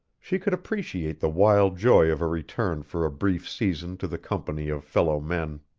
she could appreciate the wild joy of a return for a brief season to the company of fellow-men.